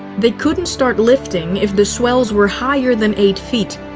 they couldn't start lifting if the swells were higher than eight feet.